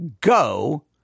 Go